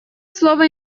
слово